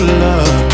love